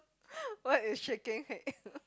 what is shaking head